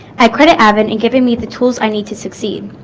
i credit avid and giving me the tools i need to succeed